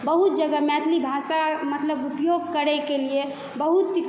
बहुत जगह मैथिली भाषा मतलब उपयोग करयके लिए बहुत